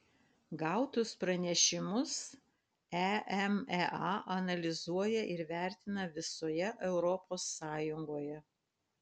gautus pranešimus emea analizuoja ir vertina visoje europos sąjungoje